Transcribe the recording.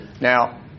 Now